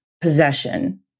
possession